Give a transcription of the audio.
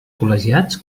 col·legiats